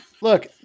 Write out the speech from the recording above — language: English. Look